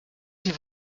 sie